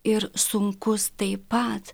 ir sunkus taip pat